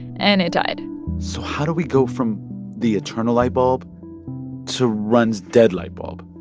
and it died so how do we go from the eternal light bulb to rund's dead light bulb?